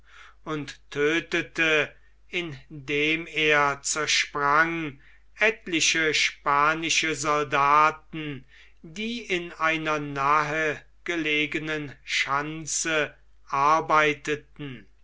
und tödtete indem er zersprang etliche spanische soldaten die in einer nahgelegenen schanze arbeiteten